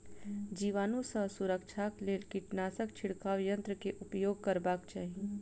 जीवाणु सॅ सुरक्षाक लेल कीटनाशक छिड़काव यन्त्र के उपयोग करबाक चाही